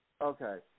Okay